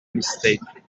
mistake